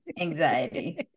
anxiety